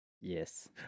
Yes